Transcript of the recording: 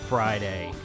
Friday